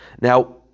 Now